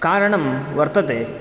कारणं वर्तते